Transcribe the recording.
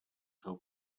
seu